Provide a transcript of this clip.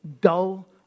dull